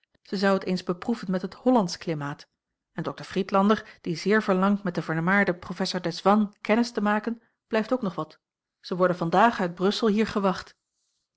zij zou het eens beproeven met het hollandsch klimaat en dokter friedlander die zeer verlangt met den vermaarden professor desvannes kennis te maken blijft ook nog wat ze worden vandaag uit brussel hier gewacht